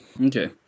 Okay